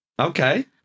Okay